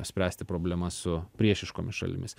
spręsti problemas su priešiškomis šalimis